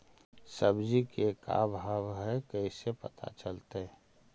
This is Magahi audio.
सब्जी के का भाव है कैसे पता चलतै?